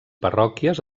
parròquies